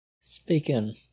speaking